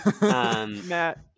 Matt